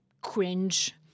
cringe